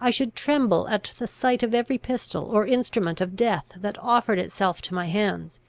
i should tremble at the sight of every pistol or instrument of death that offered itself to my hands